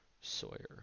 Sawyer